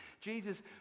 Jesus